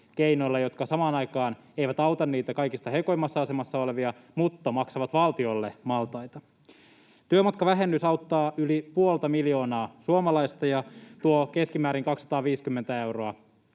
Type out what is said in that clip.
jotka samaan aikaan eivät auta kaikista heikoimmassa asemassa olevia mutta maksavat valtiolle maltaita. Työmatkavähennys auttaa yli puolta miljoonaa suomalaista ja tuo keskimäärin 250 euroa